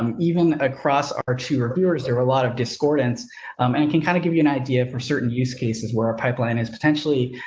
um even across our two reviewers, there were a lot of discordant, um, and can kind of give you an idea for certain use cases where our pipeline is potentially,